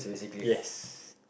yes